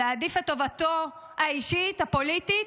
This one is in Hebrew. להעדיף את טובתו האישית, הפוליטית,